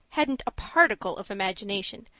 hadn't a particle of imagination,